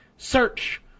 Search